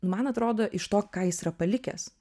man atrodo iš to ką jis yra palikęs